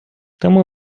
тому